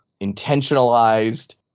intentionalized